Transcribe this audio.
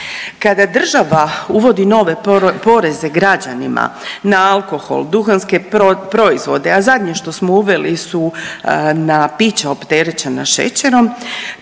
Kada država uvodi nove poreze građanima na alkohol, duhanske proizvode, a zadnje što smo uveli su na pića opterećena šećerom